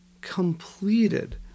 completed